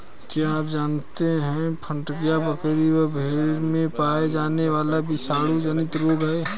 क्या आप जानते है फड़कियां, बकरी व भेड़ में पाया जाने वाला जीवाणु जनित रोग है?